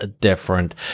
different